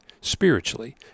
spiritually